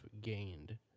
gained